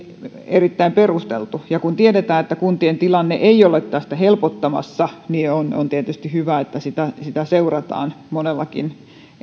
erittäin perusteltu ja kun tiedetään että kuntien tilanne ei ole tästä helpottamassa niin on tietysti hyvä että sitä sitä seurataan monellakin